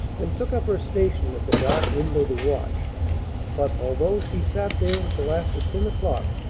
and took up her station at the dark window to watch but, although she sat there until after ten o'clock,